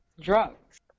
drugs